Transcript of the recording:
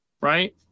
Right